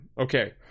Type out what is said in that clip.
Okay